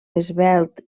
esvelt